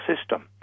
system